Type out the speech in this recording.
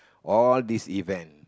all these event